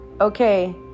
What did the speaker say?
Okay